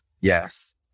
Yes